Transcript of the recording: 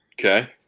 Okay